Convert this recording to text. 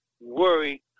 worry